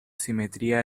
simetría